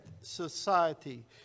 society